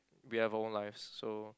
we have our own lives so